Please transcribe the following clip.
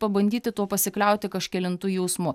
pabandyti tuo pasikliauti kažkelintu jausmu